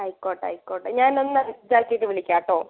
ആയിക്കോട്ട് ആയിക്കോട്ട് ഞാനൊന്ന് വിളിക്കാം കേട്ടോ